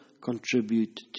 contribute